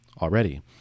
already